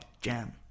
jam